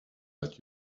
let